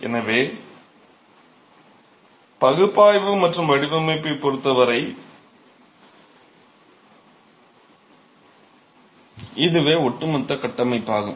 எனவே பகுப்பாய்வு மற்றும் வடிவமைப்பைப் பொறுத்த வரை இதுவே ஒட்டுமொத்த கட்டமைப்பாகும்